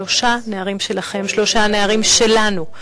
שלושה נערים שלכם, שלושה נערים שלנו.